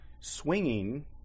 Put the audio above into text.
Swinging